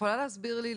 יכולה להסביר לי,